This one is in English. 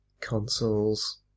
Consoles